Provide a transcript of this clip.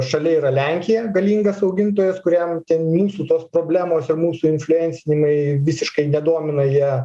šalia yra lenkija galingas augintojas kuriam ten mūsų tos problemos ir mūsų infliuencinimai visiškai nedomina jie